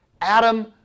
Adam